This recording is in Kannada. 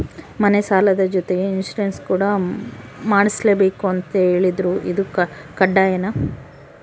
ಮನೆ ಸಾಲದ ಜೊತೆಗೆ ಇನ್ಸುರೆನ್ಸ್ ಕೂಡ ಮಾಡ್ಸಲೇಬೇಕು ಅಂತ ಹೇಳಿದ್ರು ಇದು ಕಡ್ಡಾಯನಾ?